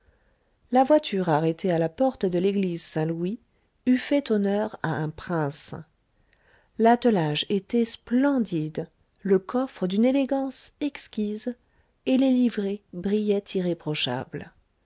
la voiture arrêtée à la porte de l'église saint-louis eût fait honneur à un prince l'attelage était splendide le coffre d'une élégance exquise et les livrées brillaient irréprochables